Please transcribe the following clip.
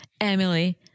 Emily